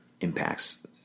impacts